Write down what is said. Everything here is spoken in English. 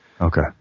okay